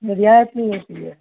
رعایت